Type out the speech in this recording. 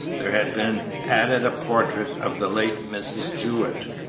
there had been added a portrait of the late mrs. jewett.